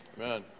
Amen